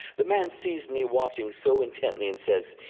the man sees me watching so intently and says,